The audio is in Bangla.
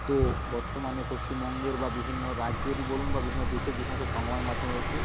তো বর্তমানে পশ্চিমবঙ্গের বা বিভিন্ন রাজ্যেরই বলুন বা বিভিন্ন দেশের যে সমস্ত সংবাদ মাধ্যম রয়েছে